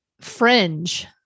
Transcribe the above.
fringe